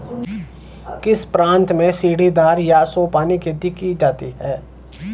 किस प्रांत में सीढ़ीदार या सोपानी खेती की जाती है?